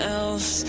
else